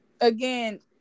again